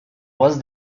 was